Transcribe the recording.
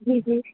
جی جی